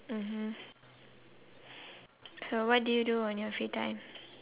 mmhmm so what do you do on your free time